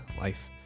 life